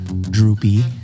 Droopy